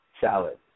salad